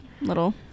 Little